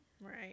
Right